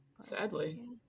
Sadly